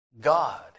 God